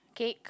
cake